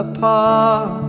Apart